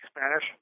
Spanish